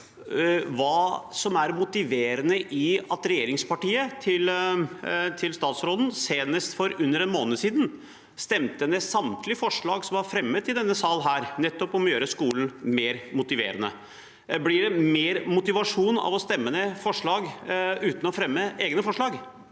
hva som er motiverende i at regjeringspartiet til statsråden senest for under en måned siden stemte ned samtlige forslag som var fremmet i denne salen om nettopp å gjøre skolen mer motiverende. Blir det mer motivasjon av å stemme ned forslag – uten å fremme egne forslag?